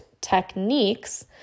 techniques